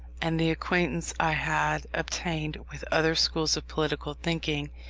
and the acquaintance i had obtained with other schools of political thinking,